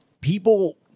people